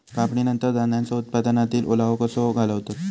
कापणीनंतर धान्यांचो उत्पादनातील ओलावो कसो घालवतत?